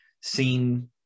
seen